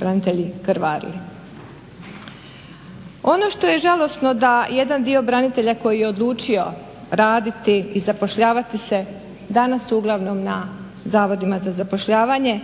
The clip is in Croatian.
branitelji krvarili. Ono što je žalosno da jedan dio branitelja koji je odlučio raditi i zapošljavati se danas uglavnom na Zavodima za zapošljavanje,